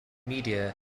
media